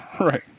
Right